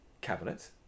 cabinet